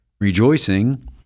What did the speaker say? rejoicing